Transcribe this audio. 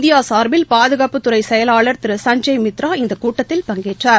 இந்தியாசார்பில் பாதுகாப்புத்துறைசெயலாளர் திரு சஞ்ஜய் மித்ரா இந்தகூட்டத்தில் பங்கேற்றார்